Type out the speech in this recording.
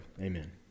Amen